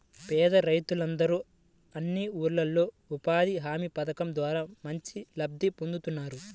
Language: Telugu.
పేద రైతులందరూ అన్ని ఊర్లల్లో ఉపాధి హామీ పథకం ద్వారా మంచి లబ్ధి పొందుతున్నారు